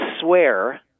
swear